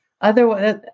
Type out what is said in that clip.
Otherwise